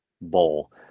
Bowl